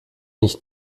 nicht